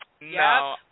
No